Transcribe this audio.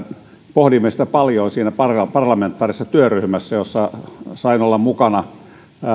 pohdimme sitä paljon siinä parlamentaarisessa työryhmässä jossa sain olla mukana